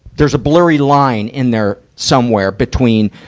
there's blurry line in there somewhere between,